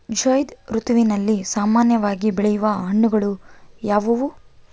ಝೈಧ್ ಋತುವಿನಲ್ಲಿ ಸಾಮಾನ್ಯವಾಗಿ ಬೆಳೆಯುವ ಹಣ್ಣುಗಳು ಯಾವುವು?